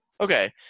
okay